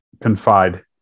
confide